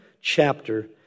chapter